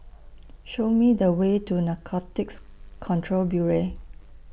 Show Me The Way to Narcotics Control Bureau